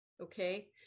okay